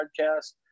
podcast